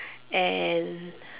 and